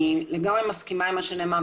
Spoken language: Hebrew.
אני לגמרי מסכימה עם מה שנאמר,